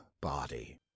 body